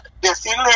decirle